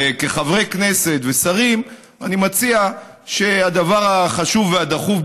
כחברי כנסת ושרים אני מציע שהדבר החשוב והדחוף,